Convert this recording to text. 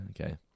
Okay